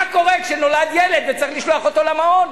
קורה כשנולד ילד וצריך לשלוח אותו למעון.